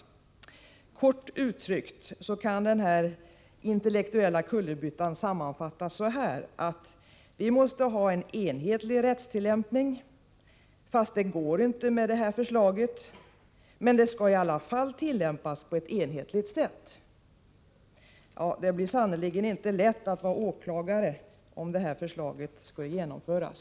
Kort kan den här intellektuella kullerbyttan sammanfattas så här: Vi måste ha en enhetlig rättstillämpning, men det går inte att åstadkomma med det här förslaget, men det skall i alla fall tillämpas på ett enhetligt sätt. — Det blir sannerligen inte lätt att vara åklagare om det här förslaget skall genomföras!